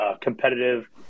competitive